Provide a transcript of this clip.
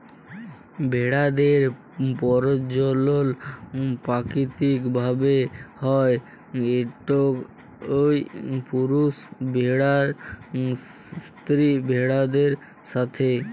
ভেড়াদের পরজলল পাকিতিক ভাবে হ্যয় ইকট পুরুষ ভেড়ার স্ত্রী ভেড়াদের সাথে